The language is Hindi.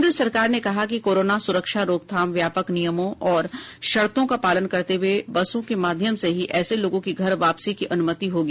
केंद्र सरकार ने कहा है कि कोरोना सुरक्षा रोकथाम व्यापक नियमों और शर्तों का पालन करते हुए बसों के माध्यम से ही ऐसे लोगों की घर वापसी की अनुमति होगी